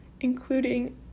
including